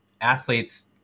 athletes